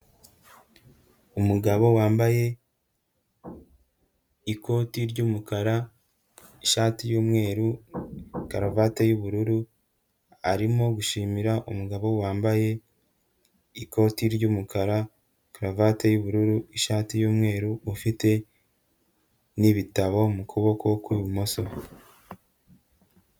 Umugabo wambaye ikoti ry'umukara ishati y'umweru, karavate y'ubururu, arimo gushimira umugabo wambaye ikoti ry'umukara, karavate y'ubururu, ishati y'umweru, ufite n'ibitabo mu kuboko kw'ibumoso.